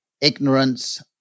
ignorance